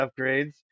upgrades